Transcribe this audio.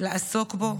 לעסוק בו?